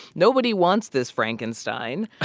nobody wants this frankenstein.